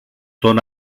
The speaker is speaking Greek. τον